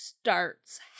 starts